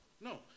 No